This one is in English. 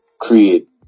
create